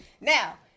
Now